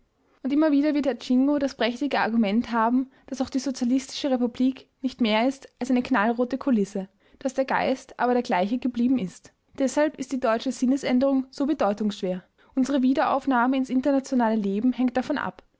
und immer wieder wird herr jingo das prächtige argument haben daß auch die sozialistische republik nicht mehr ist als eine knallrote kulisse daß der geist aber der gleiche geblieben ist deshalb ist die deutsche sinnesänderung so bedeutungsschwer unsere wiederaufnahme ins internationale leben hängt davon ab